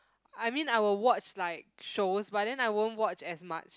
I mean I will watch like shows but then I won't watch as much